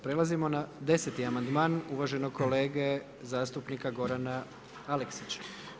Prelazimo na 10 amandman uvaženog kolege zastupnika Gorana Aleksića.